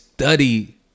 study